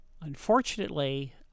Unfortunately